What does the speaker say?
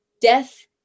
death